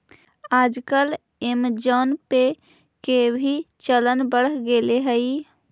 आजकल ऐमज़ान पे के भी चलन बढ़ गेले हइ